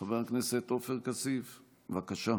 חבר הכנסת עופר כסיף, בבקשה.